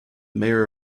mayor